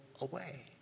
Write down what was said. away